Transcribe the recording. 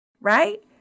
right